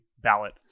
ballot